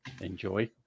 enjoy